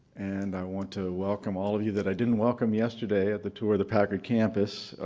and i want to welcome all of you that i didn't welcome yesterday at the tour of the packard campus.